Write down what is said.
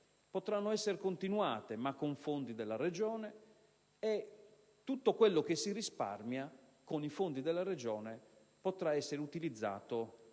potranno essere continuate con fondi della Regione e che tutto quello che si risparmierà con i fondi della Regione potrà essere utilizzato per